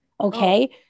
Okay